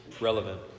relevant